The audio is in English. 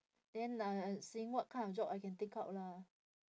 then uh seeing what kind of job I can take up lah